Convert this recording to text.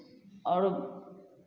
और